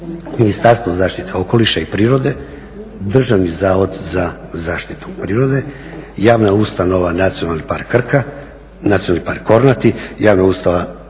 Ministarstvo zaštite okoliša i prirode, Državni zavod za zaštitu prirode, javna ustanova Nacionalni park Krka, Nacionalni park Kornati, javna ustanova